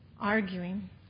Arguing